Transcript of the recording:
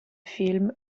film